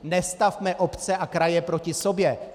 Nestavme obce a kraje proti sobě.